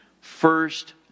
First